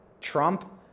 Trump